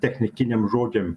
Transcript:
technikiniam žodžiam